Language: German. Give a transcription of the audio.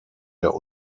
der